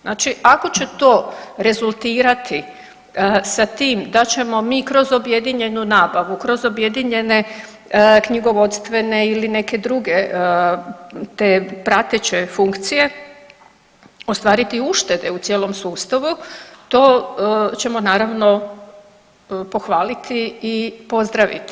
Znači ako će to rezultirati sa tim da ćemo mi kroz objedinjenu nabavu, kroz objedinjene knjigovodstvene ili neke druge te prateće funkcije ostvariti uštede u cijelom sustavu, to ćemo naravno pohvaliti i pozdraviti.